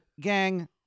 Gang